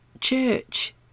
church